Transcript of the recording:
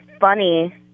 funny